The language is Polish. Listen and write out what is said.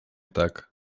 tak